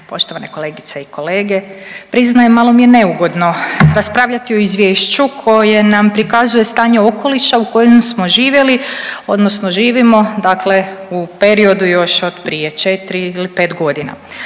poštovane kolegice i kolege. Priznajem malo mi je neugodno raspravljati o izvješću koje nam prikazuje stanje okoliša u kojem smo živjeli, odnosno živimo, dakle u periodu još od prije 4 ili 5 godina,